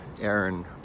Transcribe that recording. Aaron